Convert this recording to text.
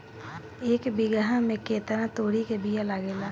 एक बिगहा में केतना तोरी के बिया लागेला?